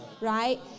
right